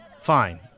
Fine